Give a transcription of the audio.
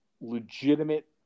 legitimate